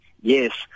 Yes